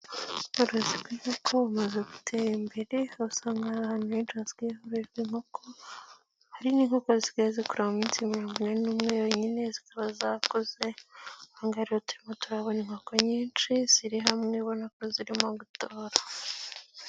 Ubworozi bwiza bw'inkonko bumaze gutera imbere, aho usanga abantu henshi basigaye borora inkoko, hari n'inkoko zisigagaye zikurira mu minsi mirongo ine n'umwe yonyine zikaba zakuze, aha ngaha rero turahabona inkoko nyinshi ziri hamwe ubona ko zirimo gutora.